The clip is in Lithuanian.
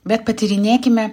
bet patyrinėkime